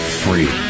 free